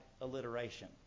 alliteration